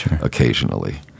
occasionally